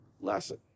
lesson